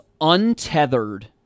untethered